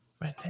right